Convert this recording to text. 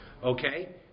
okay